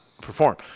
perform